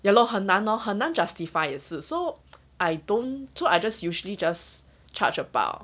ya lor 很难 lor 很难 justify 也是 so I don't so I just usually just charge about